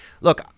Look